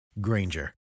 Granger